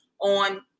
on